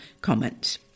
comments